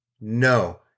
No